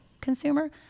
consumer